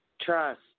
trust